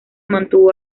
mantuvo